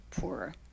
poorer